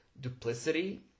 duplicity